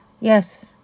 yes